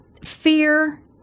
Fear